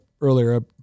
earlier